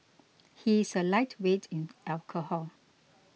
he is a lightweight in alcohol